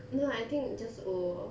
no I think just old orh